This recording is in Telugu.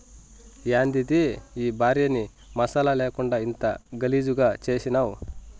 యాందిది ఈ భార్యని మసాలా లేకుండా ఇంత గలీజుగా చేసినావ్